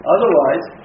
Otherwise